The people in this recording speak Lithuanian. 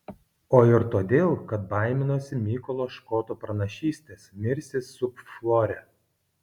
o ir todėl kad baiminosi mykolo škoto pranašystės mirsi sub flore